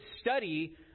study